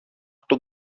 τον